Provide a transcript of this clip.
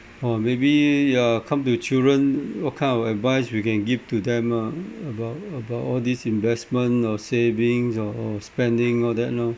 !wah! maybe you're come to children what kind of advice we can give to them uh about about all these investment or savings or spending all that you know